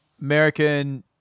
American